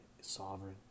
sovereign